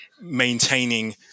maintaining